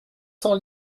sans